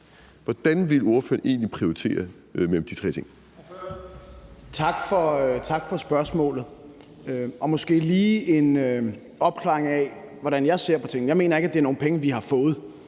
Hvordan vil ordføreren egentlig prioritere mellem de tre ting?